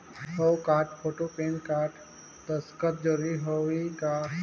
हव card, photo, PAN card, दस्खत जरूरी होही का?